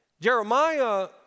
Jeremiah